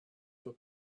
for